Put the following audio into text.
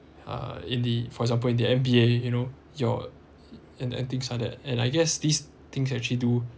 uh in the for example in the N_B_A you know you're and things like that and I guess these things actually do